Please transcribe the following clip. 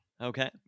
Okay